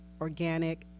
organic